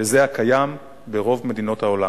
לזה הקיים ברוב מדינות העולם.